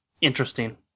interesting